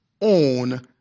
own